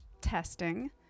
testing